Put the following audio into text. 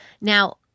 Now